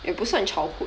也不算 childhood